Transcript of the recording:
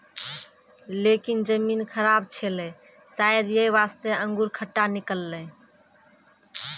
लेकिन जमीन खराब छेलै शायद यै वास्तॅ अंगूर खट्टा निकललै